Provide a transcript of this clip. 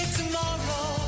tomorrow